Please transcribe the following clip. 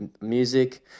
Music